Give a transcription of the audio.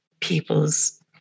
people's